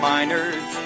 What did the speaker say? Miners